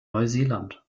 neuseeland